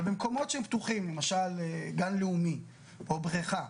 אבל במקומות שהם פתוחים, למשל גן לאומי, או בריכה,